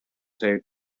taped